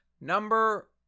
Number